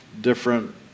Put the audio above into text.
different